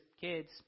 kids